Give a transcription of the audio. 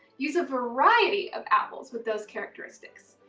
use a variety of apples with those characteristics.